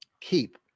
keep